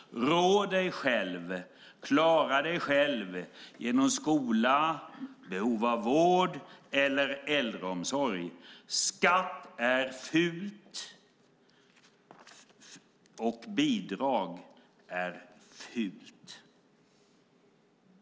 Rå dig själv. Klara dig själv genom skola, behov av vård eller äldreomsorg. Skatt är fult, och bidrag är fult.